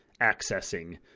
accessing